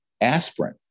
Aspirin